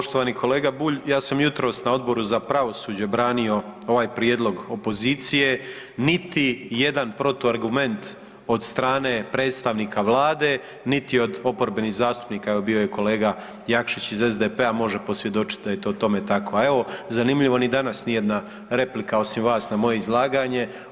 Poštovani kolega Bulj ja sam jutros na Odboru za pravosuđe branio ovaj prijedlog opozicije, niti jedan protuargument od strane predstavnika Vlade, niti od oporbenih zastupnika, evo bio je kolega Jakšić iz SDP-a može posvjedočit da je to tome tako, a evo zanimljivo ni danas ni jedna replika osim vas na moje izlaganje.